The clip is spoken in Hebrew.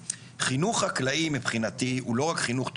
חינוך חקלאי מבחינתי הוא לא רק חינוך תיאורטי,